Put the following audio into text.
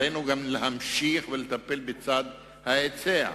עלינו גם להמשיך לטפל בצד ההיצע,